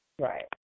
Right